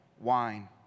wine